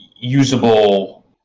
usable